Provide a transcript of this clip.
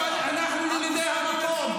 אנחנו היינו כאן הרבה לפניך ונהיה הרבה אחריך.